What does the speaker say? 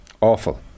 awful